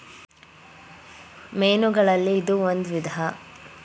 ಮೇನುಗಳಲ್ಲಿ ಇದು ಒಂದ ವಿಧಾ